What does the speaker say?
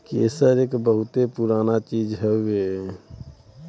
केसर एक बहुते पुराना चीज हउवे